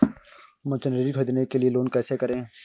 Machinery ख़रीदने के लिए लोन कैसे करें?